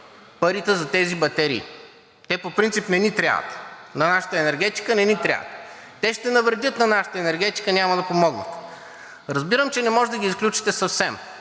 парите за тези батерии. Те по принцип не ни трябват. На нашата енергетика не трябват. Те ще навредят на нашата енергетика. Няма да помогнат. Разбирам, че не може да ги изключите съвсем.